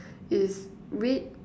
it's red